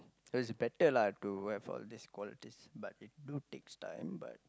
it's is better lah to have all these qualities but it do takes time but